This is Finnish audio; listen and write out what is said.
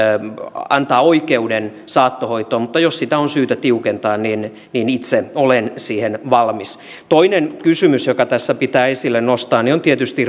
antaa oikeuden saattohoitoon mutta jos sitä on syytä tiukentaa niin niin itse olen siihen valmis toinen kysymys joka tässä pitää esille nostaa on tietysti